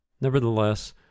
nevertheless